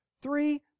Three